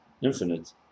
infinite